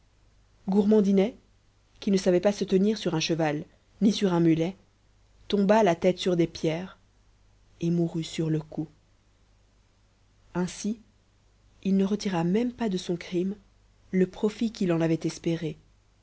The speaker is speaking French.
gourmandinet qui ne savait pas se tenir sur un cheval ni sur un mulet tomba la tête sur des pierres et mourut sur le coup ainsi il ne retira même pas de son crime le profit qu'il en avait espéré